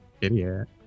idiot